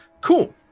Cool